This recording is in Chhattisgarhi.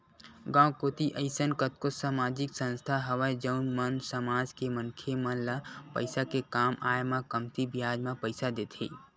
गाँव कोती अइसन कतको समाजिक संस्था हवय जउन मन समाज के मनखे मन ल पइसा के काम आय म कमती बियाज म पइसा देथे